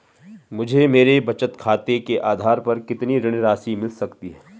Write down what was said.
मुझे मेरे बचत खाते के आधार पर कितनी ऋण राशि मिल सकती है?